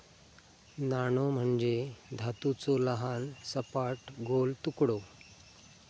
नाणो म्हणजे धातूचो लहान, सपाट, गोल तुकडो